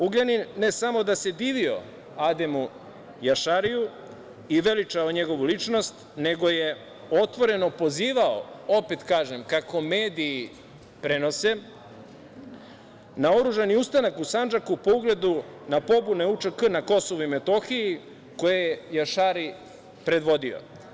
Ugljanin, ne samo da se divio Ademu Jašariju i veličao njegovu ličnost, nego je otvoreno pozivao, opet kažem, kako mediji prenose, na oružani ustanak u Sandžaku po ugledu na pobune UČK na Kosovu i Metohiji, koje je Jašari predvodio.